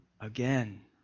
again